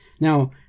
now